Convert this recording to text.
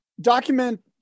document